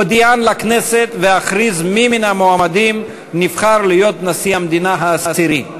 אודיען לכנסת ואכריז מי מן המועמדים נבחר להיות נשיא המדינה העשירי.